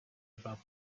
about